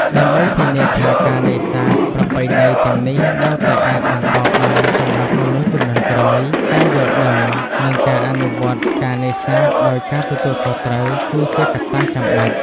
ដើម្បីធានាថាការនេសាទប្រពៃណីទាំងនេះនៅតែអាចបន្តបានសម្រាប់មនុស្សជំនាន់ក្រោយ ការយល់ដឹង និងការអនុវត្តការនេសាទដោយការទទួលខុសត្រូវ គឺជាកត្តាចាំបាច់។